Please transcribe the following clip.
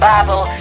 Bible